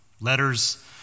Letters